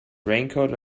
raincoat